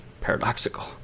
paradoxical